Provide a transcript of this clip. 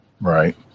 Right